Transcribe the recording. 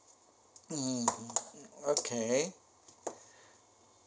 mmhmm mm okay